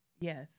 Yes